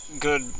good